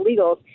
illegals